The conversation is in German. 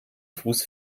fuß